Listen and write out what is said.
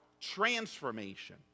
transformation